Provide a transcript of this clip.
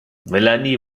melanie